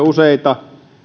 useita